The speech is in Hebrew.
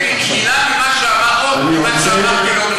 הרב, תענה לי אם מילה ממה שאמרתי לא נכונה.